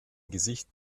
gesicht